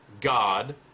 God